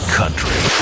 country